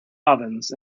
ovens